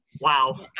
Wow